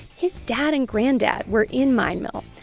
his dad and granddad were in mine mill,